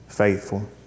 faithful